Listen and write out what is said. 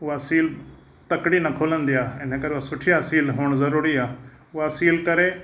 उहा सील तकड़ी न खुलंदी आहे इन करे हो सुठी आहे सील हुअणु ज़रुरी आहे उहा सील करे